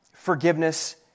Forgiveness